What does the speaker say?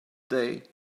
day